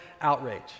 outrage